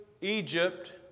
Egypt